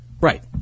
right